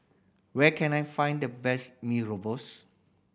where can I find the best mee